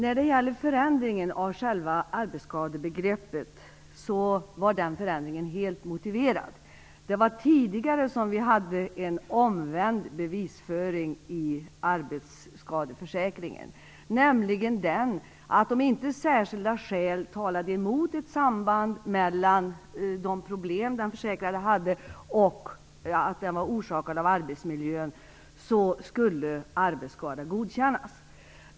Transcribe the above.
Fru talman! Förändringen av själva arbetsskadebegreppet var helt motiverad. Det var tidigare vi hade en omvänd bevisföring i arbetsskadeförsäkringen, nämligen den att om inte särskilda skäl talade emot ett samband mellan den försäkrades problem och arbetsmiljön så skulle arbetsskadan godkännas.